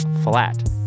flat